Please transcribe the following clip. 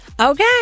Okay